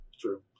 True